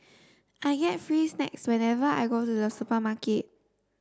I get free snacks whenever I go to the supermarket